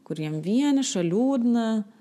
kur jiem vieniša liūdna